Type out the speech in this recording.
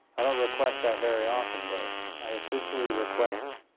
i don't request that very often, but i officially request.